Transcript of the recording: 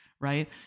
right